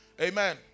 Amen